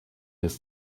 his